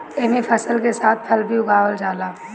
एमे फसल के साथ फल भी उगावल जाला